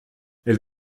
elle